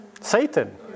Satan